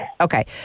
Okay